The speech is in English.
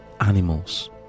animals